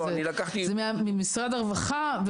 זה ממשרד הרווחה.